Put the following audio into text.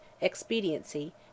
expediency